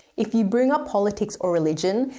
if you bring up politics or religion,